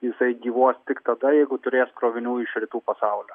jisai gyvuos tik tada jeigu turės krovinių iš rytų pasaulio